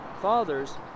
fathers